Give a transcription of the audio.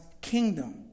kingdom